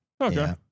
Okay